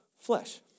flesh